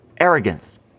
arrogance